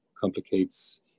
complicates